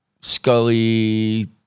scully